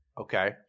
Okay